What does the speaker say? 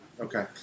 Okay